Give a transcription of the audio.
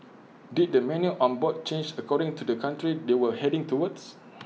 did the menu on board change according to the country they were heading towards